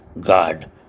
God